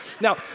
Now